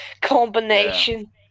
combination